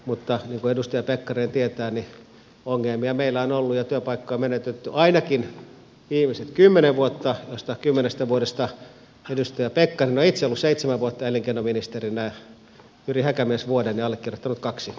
mutta niin kuin edustaja pekkarinen tietää ongelmia meillä on ollut ja työpaikkoja menetetty ainakin viimeiset kymmenen vuotta joista kymmenestä vuodesta edustaja pekkarinen on itse ollut seitsemän vuotta elinkeinoministerinä jyri häkämies vuoden ja allekirjoittanut kaksi